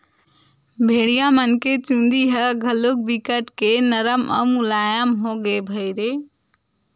भेड़िया मन के चूदी ह घलोक बिकट के नरम अउ मुलायम होथे भईर